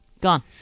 Gone